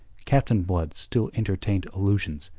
captain blood still entertained illusions.